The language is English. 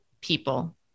people